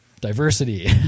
Diversity